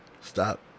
Stop